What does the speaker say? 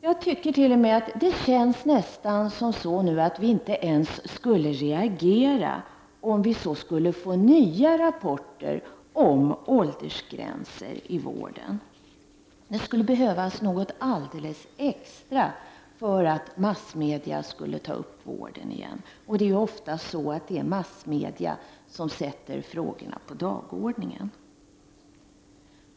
Jag tycker t.o.m. att det nästan känns som om vi inte ens skulle reagera om vi så skulle få nya rapporter om åldersgränser inom vården. Det skulle behövas något alldeles extra för att massmedia skulle ta upp vården igen. Det är ju ofta massmedia som sätter frågorna på dagordningen.